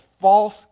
false